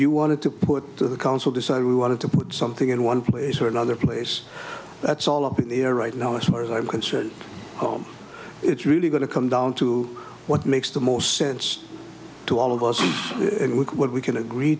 you wanted to put to the council decided we wanted to put something in one place or another place that's all up here right now as far as i'm concerned it's really going to come down to what makes the most sense to all of us and what we can agree